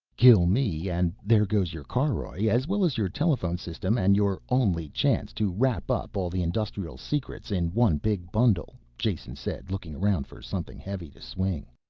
kill me and there goes your caroj, as well as your telephone system and your only chance to wrap up all the industrial secrets in one big bundle, jason said, looking around for something heavy to swing.